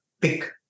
pick